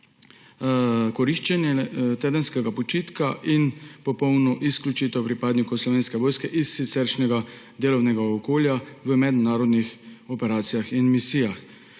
koriščenje tedenskega počitka in popolno izključitev pripadnikov Slovenske vojske iz siceršnjega delovnega okolja na mednarodnih operacijah in misijah.